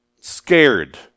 scared